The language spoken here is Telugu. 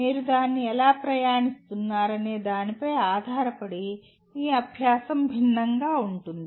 మీరు దానిని ఎలా ప్రయాణిస్తున్నారనే దానిపై ఆధారపడి మీ అభ్యాసం భిన్నంగా ఉంటుంది